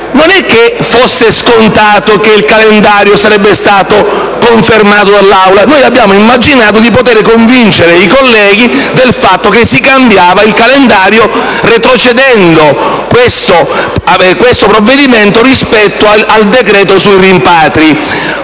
Non era scontato che il calendario sarebbe stato confermato dall'Aula. Noi abbiamo immaginato di poter convincere i colleghi a cambiare il calendario retrocedendo questo provvedimento rispetto al decreto sui rimpatri.